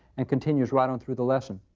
and continues right on through the lesson.